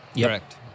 Correct